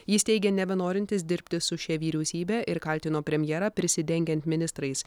jis teigė nebenorintis dirbti su šia vyriausybe ir kaltino premjerą prisidengiant ministrais